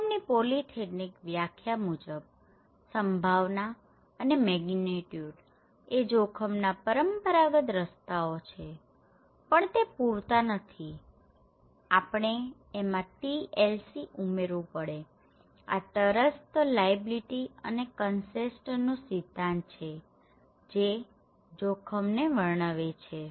જોખમની પોલીથેટિક વ્યાખ્યા મુજબ સંભાવના અને મેગ્નીટ્યુડ એ જોખમના પરંપરાગત રસ્તાઓ છે પણ તે પૂરતા નથી આપણે એમાં TLC ઉમેરવું પડે આ ટરસ્ત લાએબીલીટી અને કનસેન્ટ Trustliability and consent નો સિદ્ધાંત છે જે જોખમને વર્ણવે છે